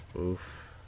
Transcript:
Oof